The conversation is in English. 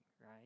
right